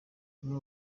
bamwe